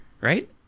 right